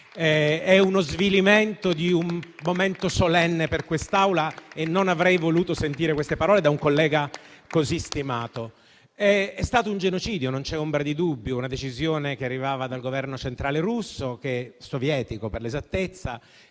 È lo svilimento di un momento solenne per questa Assemblea e non avrei voluto ascoltare queste parole da un collega così stimato. L'Holodomor è stato un genocidio, non c'è ombra di dubbio, una decisione che arrivava dal Governo centrale russo, sovietico per l'esattezza,